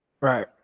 Right